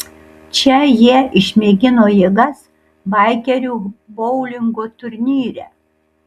čia jie išmėgino jėgas baikerių boulingo turnyre